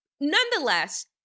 Nonetheless